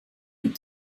mit